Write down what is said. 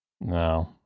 No